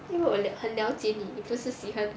因为我很了解你不是喜欢吃